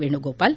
Venugopal